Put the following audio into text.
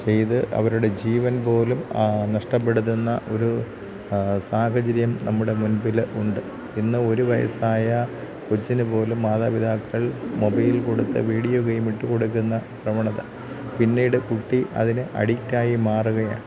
ചെയ്ത് അവരുടെ ജീവൻ പോലും നഷ്ടപ്പെടുത്തുന്ന ഒരു സാഹചര്യം നമ്മുടെ മുൻപിൽ ഉണ്ട് ഇന്ന് ഒരു വയസ്സായ കൊച്ചിനുപോലും മാതാപിതാക്കൾ മൊബൈൽ കൊടുത്ത് വീഡിയോ ഗെയ്മ് ഇട്ടുകൊടുക്കുന്ന പ്രവണത പിന്നീട് കുട്ടി അതിന് അഡിക്റ്റ് ആയി മാറുകയാ